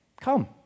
Come